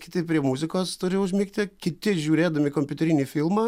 kiti prie muzikos turi užmigti kiti žiūrėdami kompiuterinį filmą